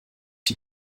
die